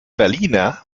berliner